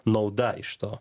nauda iš to